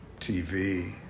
TV